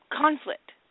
conflict